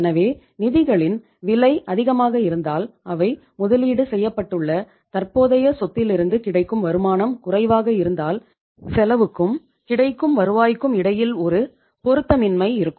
எனவே நிதிகளின் விலை அதிகமாக இருந்தால் அவை முதலீடு செய்யப்பட்டுள்ள தற்போதைய சொத்திலிருந்து கிடைக்கும் வருமானம் குறைவாக இருந்தால் செலவுக்கும் கிடைக்கும் வருவாய்க்கும் இடையில் ஒரு பொருத்தமின்மை இருக்கும்